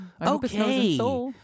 Okay